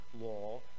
law